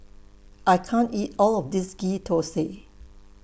I can't eat All of This Ghee Thosai